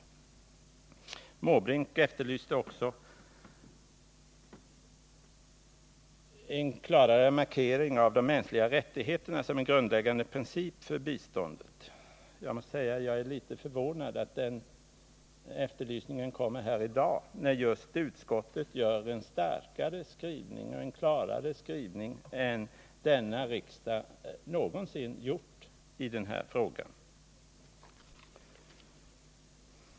Herr Måbrink efterlyste också en klarare markering av de mänskliga rättigheterna som en grundläggande princip för biståndet. Jag måste säga att jag är litet förvånad över att den efterlysningen kommer här i dag, när utskottet gör en starkare och klarare skrivning än riksdagen någonsin gjort i den här frågan.